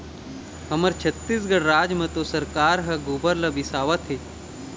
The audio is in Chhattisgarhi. हमर छत्तीसगढ़ राज म तो सरकार ह गोबर ल बिसावत हे